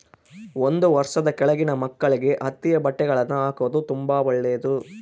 ಒಂದು ವರ್ಷದ ಕೆಳಗಿನ ಮಕ್ಕಳಿಗೆ ಹತ್ತಿಯ ಬಟ್ಟೆಗಳ್ನ ಹಾಕೊದು ತುಂಬಾ ಒಳ್ಳೆದು